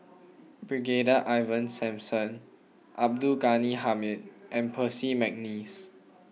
Brigadier Ivan Simson Abdul Ghani Hamid and Percy McNeice